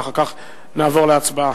ואחר כך נעבור להצבעה.